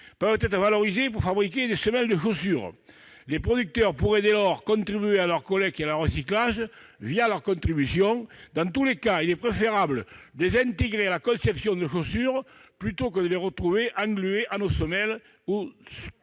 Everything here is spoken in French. peuvent être valorisés pour fabriquer des semelles de chaussure. Les producteurs pourraient dès lors contribuer à leur collecte et à leur recyclage via leur contribution. Dans tous les cas, il est préférable de les intégrer à la conception de chaussures plutôt que de les retrouver englués à nos semelles ou